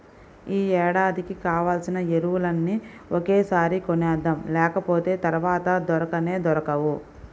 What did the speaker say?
యీ ఏడాదికి కావాల్సిన ఎరువులన్నీ ఒకేసారి కొనేద్దాం, లేకపోతె తర్వాత దొరకనే దొరకవు